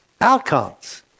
outcomes